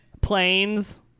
planes